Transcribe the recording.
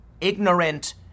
ignorant